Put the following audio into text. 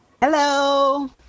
Hello